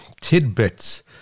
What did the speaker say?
tidbits